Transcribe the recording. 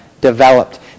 developed